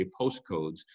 postcodes